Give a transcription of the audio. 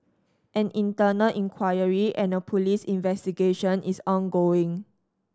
an internal inquiry and a police investigation is ongoing